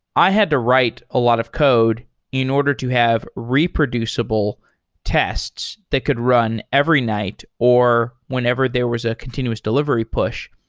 i had to write a lot of code in order to have reproducible tests that could run every night or whenever there was a continuous delivery push.